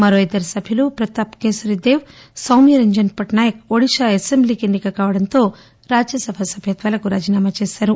మరో ఇద్దరు సభ్యులు ప్రతాప్ కేసరి దేవ్ సౌమ్య రంజన్ పట్పా యక్ ఒడిషా అసెంబ్లికి ఎన్ని క కావడంతో రాజ్యసభ సభ్యత్వాలకు రాజీనామా చేశారు